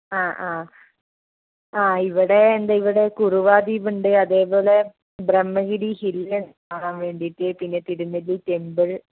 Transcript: ആ ആ ആ ഇവിടെ എന്ത് ഇവിടെ കുറുവ ദ്വീപ് ഉണ്ട് അതേപോലെ ബ്രഹ്മഗിരി ഹില്ല് കാണാൻ വേണ്ടിയിട്ട് പിന്നെ തിരുനെല്ലി ടെമ്പിൾ